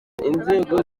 inzego